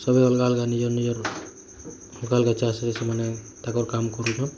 ସଭିଏ ଅଲଗା ଅଲଗା ନିଜ ନିଜର ଅଲଗା ଅଲଗା ଚାଷ ରେ ସେମାନେ ତାକର କାମ୍ କରୁଛନ